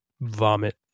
vomit